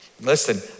listen